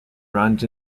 runs